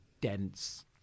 dense